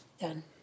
Done